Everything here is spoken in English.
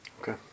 Okay